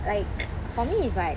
like for me is like